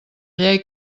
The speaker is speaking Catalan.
llei